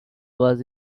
was